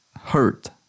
hurt